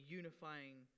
unifying